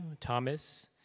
Thomas